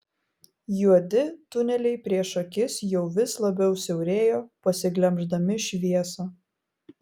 juodi tuneliai prieš akis jau vis labiau siaurėjo pasiglemždami šviesą